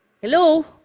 Hello